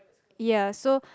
ya so